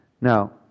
Now